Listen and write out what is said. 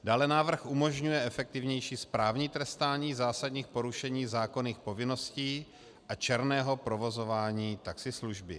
Dále návrh umožňuje efektivnější správní trestání zásadních porušení zákonných povinností a černého provozování taxislužby.